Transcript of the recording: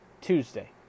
Tuesday